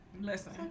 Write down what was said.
Listen